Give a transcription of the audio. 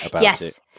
yes